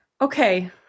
okay